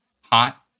hot